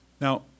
Now